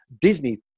Disney